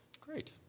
Great